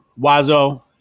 Wazo